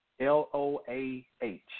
L-O-A-H